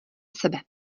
sebe